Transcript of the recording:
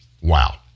Wow